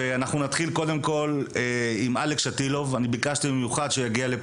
נתחיל עם אלכס שטילוב שביקשתי במיוחד שיגיע.